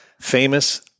Famous